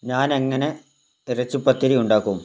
ഞാൻ എങ്ങനെ ഇറച്ചിപ്പത്തിരി ഉണ്ടാക്കും